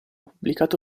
pubblicato